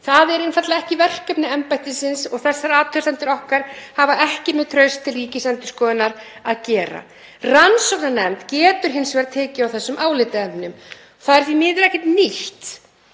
Það er einfaldlega ekki verkefni embættisins og þessar athugasemdir okkar hafa ekki með traust til Ríkisendurskoðunar að gera. Rannsóknarnefnd getur hins vegar tekið á þessum álitaefnum. Það er því miður ekkert nýtt